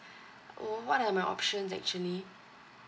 uh what are my options actually